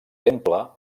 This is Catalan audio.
temple